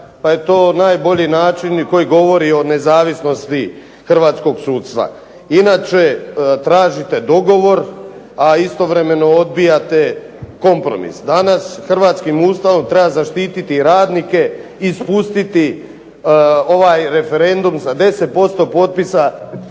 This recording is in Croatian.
pa je to najbolji način i koji govori o nezavisnosti hrvatskog sudstva. Inače, tražite dogovor, a istovremeno odbijate kompromis. Danas Hrvatskim Ustavom treba zaštiti radnike i spustiti ovaj referendum za 10% potpisa